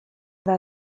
ewa